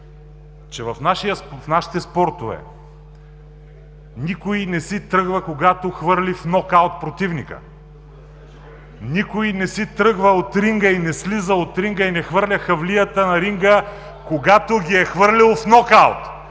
че в нашите спортове никой не си тръгва, когато хвърли в нокаут противника, никой не си тръгва от ринга, не слиза от ринга и не хвърля хавлията на ринга, когато ги е хвърлил в нокаут